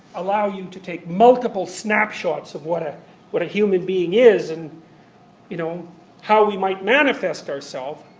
allow you to take multiple snapshots of what ah what a human being is and you know how we might manifest ourselves.